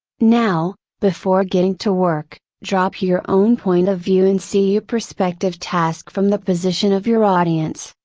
now, before getting to work, drop your own point of view and see your prospective task from the position of your audience,